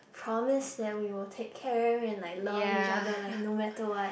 promise that we will take care and like love each other like no matter what